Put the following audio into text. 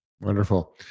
Wonderful